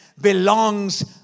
belongs